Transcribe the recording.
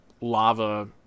lava